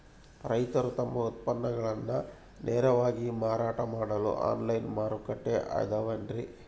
ರೈತರು ತಮ್ಮ ಉತ್ಪನ್ನಗಳನ್ನ ನೇರವಾಗಿ ಮಾರಾಟ ಮಾಡಲು ಆನ್ಲೈನ್ ಮಾರುಕಟ್ಟೆ ಅದವೇನ್ರಿ?